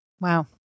Wow